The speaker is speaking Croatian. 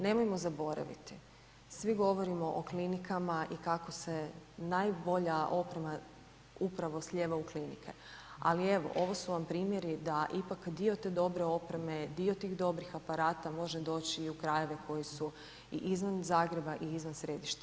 Nemojmo zaboraviti, svi govorimo o klinikama i kako se najbolja oprema upravo slijeva u klinike, ali evo ovo su vam primjeri da ipak dio te dobre opreme, dio tih dobrih aparata može doći i u krajeve koji su i izvan Zagreba i izvan središta županija.